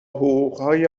حقوقهای